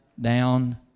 down